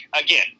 again